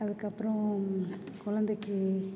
அதுக்கப்புறம் குழந்தைக்கி